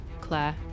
claire